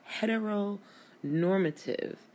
heteronormative